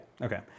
Okay